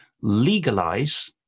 legalize